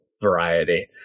variety